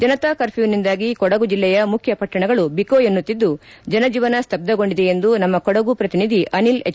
ಜನತಾ ಕರ್ಪ್ಲೊವಿನಿಂದಾಗಿ ಕೊಡಗು ಜೆಲ್ಲೆಯ ಮುಖ್ಯ ಪಟ್ಟಣಗಳು ಬಿಕೋ ಎನ್ನುತ್ತಿದ್ದು ಜನಜೀವನ ಸ್ತಬ್ದಗೊಂಡಿದೆ ಎಂದು ನಮ್ಮ ಕೊಡಗು ಪ್ರತಿನಿಧಿ ಅನಿಲ್ ಎಚ್